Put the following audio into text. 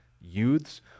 youths